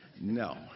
No